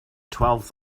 twelve